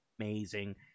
amazing